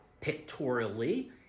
pictorially